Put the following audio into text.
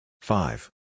Five